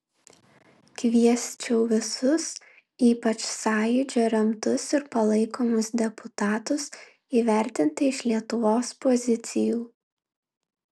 kviesčiau visus ypač sąjūdžio remtus ir palaikomus deputatus įvertinti iš lietuvos pozicijų